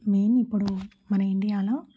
main ఇప్పుడు మన ఇండియాలో